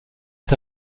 est